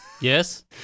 Yes